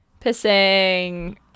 Pissing